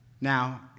Now